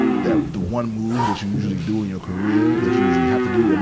that, the one move that you usually do in your career, that you usually have to do, and